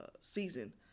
season